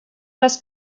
must